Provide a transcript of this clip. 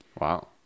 Wow